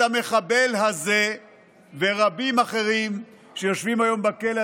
את המחבל הזה ורבים אחרים שיושבים היום בכלא,